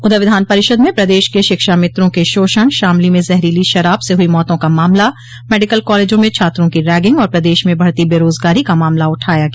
उधर विधान परिषद में प्रदेश के शिक्षामित्रों के शोषण शामली में जहरीली शराब से हुयी मौतों का मामला मेडिकल कालेजों में छात्रों की रैगिंग और प्रदेश में बढ़ती बेरोजगारी का मामला उठाया गया